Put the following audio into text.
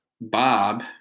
Bob